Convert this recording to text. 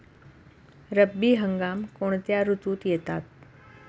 रब्बी हंगाम कोणत्या ऋतूत येतात?